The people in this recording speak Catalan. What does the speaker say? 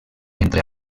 entre